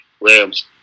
Rams